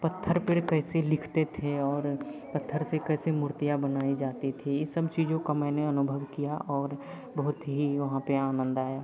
पत्थर पर कैसे लिखते थे और पत्थर से कैसे मूर्तियाँ बनाई जाती थी ये सब चीज़ों का मैंने अनुभव किया और बहुत ही वहाँ पर आनंद आया